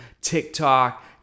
TikTok